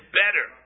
better